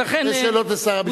זה שאלות לשר המשפטים.